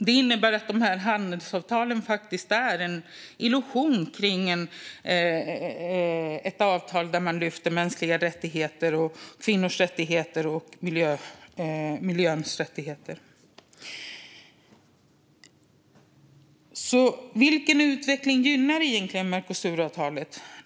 Det innebär att handelsavtalen faktiskt är en illusion kring ett avtal där man lyfter mänskliga rättigheter, kvinnors rättigheter och miljöns rättigheter. Så vilken utveckling gynnar egentligen Mercosuravtalet?